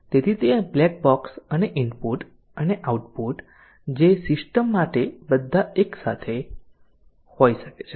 તેથી તે black box અને ઇનપુટ અને આઉટપુટ જે સિસ્ટમ માટે બધા એક સાથે હોઈ શકે છે